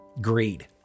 greed